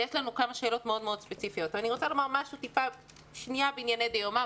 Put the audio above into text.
אני מבקשת לומר משהו בענייני דיומא,